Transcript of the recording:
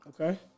Okay